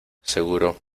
seguro